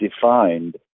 defined